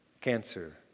cancer